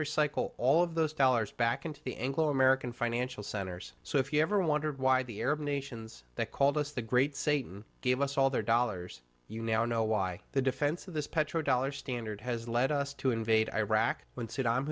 recycle all of those dollars back into the anglo american financial centers so if you ever wondered why the arab nations that called us the great satan gave us all their dollars you now know why the defense of this petro dollar standard has led us to invade iraq when saddam